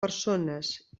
persones